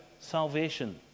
salvation